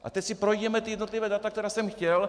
A teď si projděme jednotlivá data, která jsem chtěl.